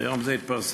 היום זה התפרסם.